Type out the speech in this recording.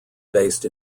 based